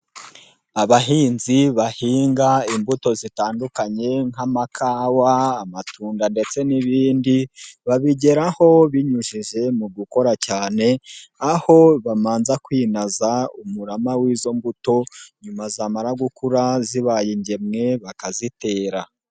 Abahinzi bahinga imbuto zitandukanye nk'amakawa, amatunda ndetse n'ibindi, babigeraho binyujije mu gukora cyane aho babanza kwinaza umurama w'izo mbuto nyuma zamara gukura zibaye ingemwe bakazitera.